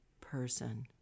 person